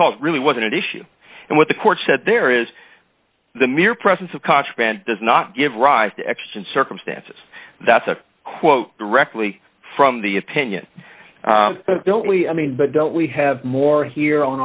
called really was an issue and what the court said there is the mere presence of contraband does not give rise to extant circumstances that's a quote directly from the opinion don't we i mean but don't we have more here on